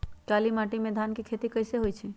काली माटी में धान के खेती कईसे होइ छइ?